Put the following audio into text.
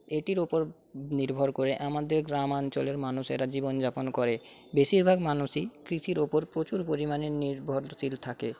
এটির ওপর নির্ভর করে আমাদের গ্রামাঞ্চলের মানুষেরা জীবন যাপন করে বেশীরভাগ মানুষই কৃষির ওপর প্রচুর পরিমাণে নির্ভরশীল থাকে